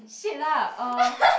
shit lah uh